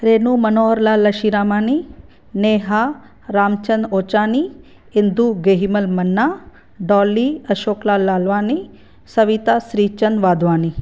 Renu Manohar Lal Lashiramani Neha Ramchand Ochani Hindu Gehimal Mana Doli Ashoklal Lalwani Savita Shri Chand Wadhwani